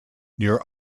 near